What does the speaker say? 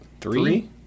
Three